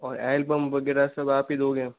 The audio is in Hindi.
और एल्बम वगैरह सब आप ही दोगे